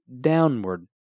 downward